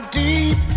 deep